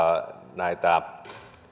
näitä